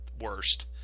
worst